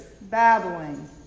babbling